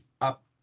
up